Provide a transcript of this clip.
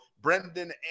Brendan